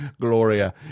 Gloria